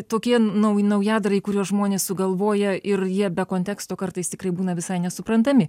tokie nau naujadarai kuriuos žmonės sugalvoja ir jie be konteksto kartais tikrai būna visai nesuprantami